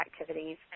activities